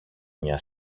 μια